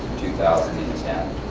two thousand and ten.